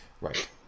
Right